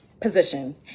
position